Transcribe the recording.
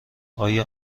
آیا